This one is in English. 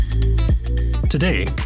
Today